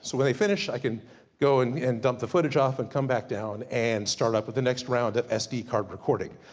so when they finish i can go and and dump the footage off, and come back down and start up, with the next round of sd card recording.